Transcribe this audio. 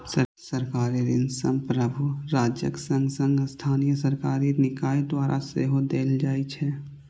सरकारी ऋण संप्रभु राज्यक संग संग स्थानीय सरकारी निकाय द्वारा सेहो देल जाइ छै